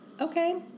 Okay